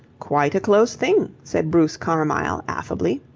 quite a close thing, said bruce carmyle, affably.